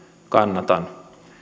kannatan